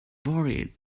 worried